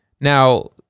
Now